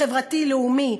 חברתי ולאומי,